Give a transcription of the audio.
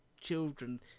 children